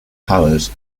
powers